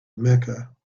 mecca